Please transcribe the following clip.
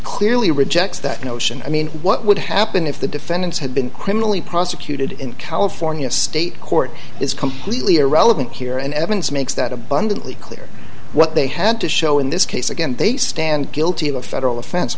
clearly rejects that notion i mean what would happen if the defendants had been criminally prosecuted in california state court is completely irrelevant here and evans makes that abundantly clear what they had to show in this case again they stand guilty of a federal offense